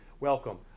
welcome